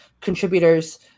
contributors